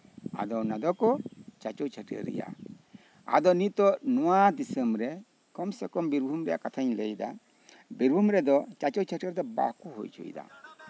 ᱟᱫᱚ ᱚᱱᱟ ᱫᱚᱠᱚ ᱪᱟᱪᱚ ᱪᱷᱟᱹᱴᱭᱟᱹᱨ ᱮᱭᱟ ᱟᱫᱚ ᱱᱤᱛᱚᱜ ᱱᱚᱣᱟ ᱫᱤᱥᱚᱢᱨᱮ ᱠᱚᱢ ᱥᱮ ᱠᱚᱢ ᱵᱤᱨᱵᱷᱩᱢ ᱨᱮᱭᱟᱜ ᱠᱟᱛᱷᱟᱧ ᱞᱟᱹᱭᱫᱟ ᱵᱤᱨᱵᱷᱩᱢ ᱨᱮᱫᱚ ᱪᱟᱪᱳ ᱪᱷᱟᱹᱴᱭᱟᱹᱨ ᱫᱚ ᱵᱟᱠᱚ ᱦᱩᱭ ᱦᱚᱪᱚᱭ ᱫᱟ